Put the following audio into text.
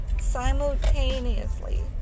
simultaneously